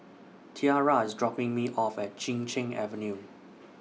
Tiara IS dropping Me off At Chin Cheng Avenue